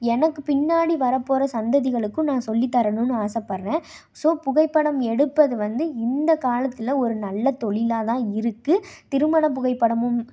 எனக்குப் பின்னாடி வரப்போகிற சந்ததிகளுக்கும் நான் சொல்லி தரணுன்னு ஆசைப்பட்றேன் ஸோ புகைப்படம் எடுப்பது வந்து இந்த காலத்தில் ஒரு நல்ல தொழிலாதான் இருக்குது திருமணப் புகைப்படமும்